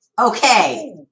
Okay